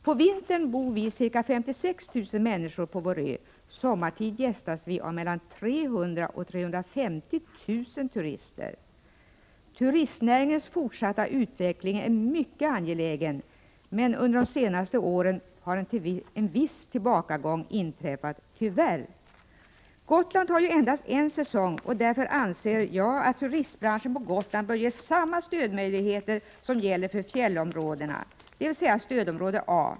På vintern är vi ca 56 000 människor på vår ö; sommartid gästas vi av mellan 300 000 och 350 000 turister. Turistnäringens fortsatta utveckling är mycket angelägen, men under de senaste åren har tyvärr en viss tillbakagång inträffat. Gotland har endast en säsong, och därför anser jag att turistbranschen på Gotland bör ges samma stödmöjligheter som gäller för fjällområdena, dvs. en inplacering i stödområde A.